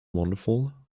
wonderful